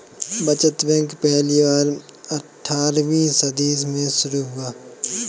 बचत बैंक पहली बार अट्ठारहवीं सदी में शुरू हुआ